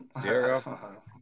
Zero